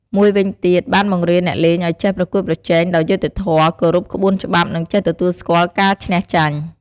មួយវិញទៀត បានបង្រៀនអ្នកលេងឱ្យចេះប្រកួតប្រជែងដោយយុត្តិធម៌ គោរពក្បួនច្បាប់ និងចេះទទួលស្គាល់ការឈ្នះចាញ់។